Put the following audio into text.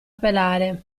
pelare